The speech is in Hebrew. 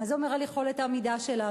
מה זה אומר על יכולת העמידה שלנו,